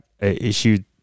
issued